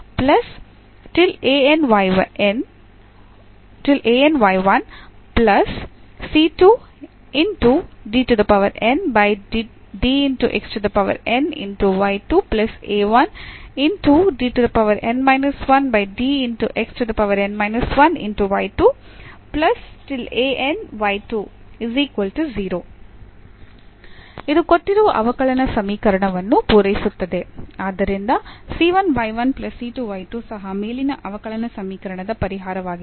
ಆದ್ದರಿಂದ ಸಹ ಮೇಲಿನ ಅವಕಲನ ಸಮೀಕರಣದ ಪರಿಹಾರವಾಗಿದೆ